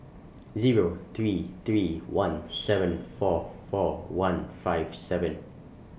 Zero three three one seven four four one five seven